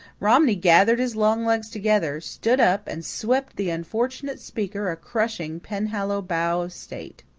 romney gathered his long legs together, stood up, and swept the unfortunate speaker a crushing penhallow bow of state.